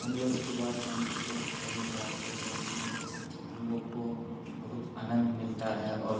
हम लोग सुबह शाम क्रिकेट खेलने जाते हैं उसमें हम लोग को बहुत आनंद मिलता है और